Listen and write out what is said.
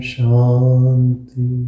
Shanti